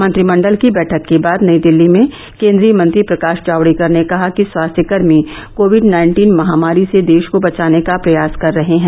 मंत्रिमंडल की बैठक के बाद नई दिल्ली में केंद्रीय मंत्री प्रकाश जावड़ेकर ने कहा कि स्वास्थ्यकर्मी कोविड नाइन्टीन महामारी से देश को बचाने का प्रयास कर रहे हैं